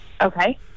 Okay